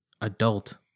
adult